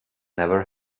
never